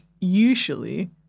usually